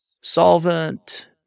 solvent